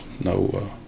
no